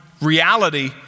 reality